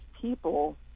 people